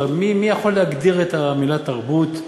מי, מי יכול להגדיר את המילה תרבות?